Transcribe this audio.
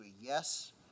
yes